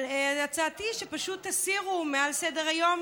אבל הצעתי היא שפשוט תסירו מעל סדר-היום